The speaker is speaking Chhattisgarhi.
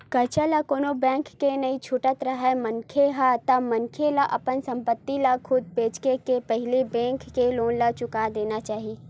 करजा ल कोनो बेंक के नइ छुटत राहय मनखे ह ता मनखे ला अपन संपत्ति ल खुद बेंचके के पहिली बेंक के लोन ला चुका देना चाही